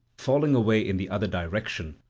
falling away in the other direction,